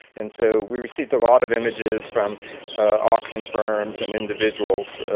and so we received a lot of images from auction firms and individuals,